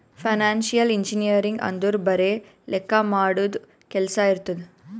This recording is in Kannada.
ಫೈನಾನ್ಸಿಯಲ್ ಇಂಜಿನಿಯರಿಂಗ್ ಅಂದುರ್ ಬರೆ ಲೆಕ್ಕಾ ಮಾಡದು ಕೆಲ್ಸಾ ಇರ್ತುದ್